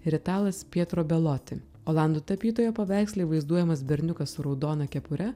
ir italas pietro beloti olandų tapytojo paveiksle vaizduojamas berniukas su raudona kepure